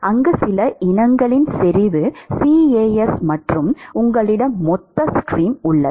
அங்கு சில இனங்களின் செறிவு CAS மற்றும் உங்களிடம் மொத்த ஸ்ட்ரீம் உள்ளது